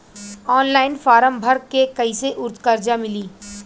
Online form भर के कैसे कर्जा मिली?